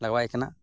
ᱞᱟᱜᱟᱣᱟᱭ ᱠᱟᱱᱟ